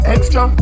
Extra